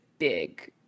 Big